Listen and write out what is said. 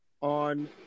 on